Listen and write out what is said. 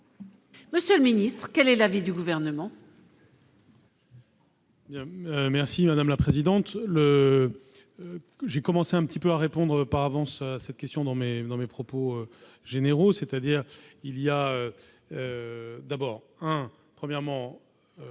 Monsieur le Ministre, quel est l'avis du gouvernement. Merci madame la présidente, le j'ai commencé un petit peu à répondre par avance à cette question dans mes dans mes propos généraux, c'est-à-dire il y a d'abord un, premièrement,